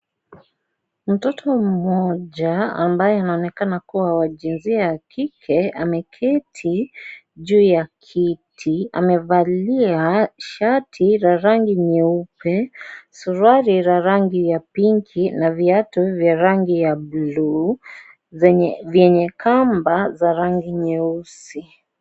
Mtoto mmoja ambaye anaonekana kuwa wa jinsia ya kike, ameketi juu ya kiti. Amevalia shati la rangi nyeupe, suruali la rangi ya pinki na viatu vya rangi ya buluu vyenye kamba za rangi nyeusi.